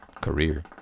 career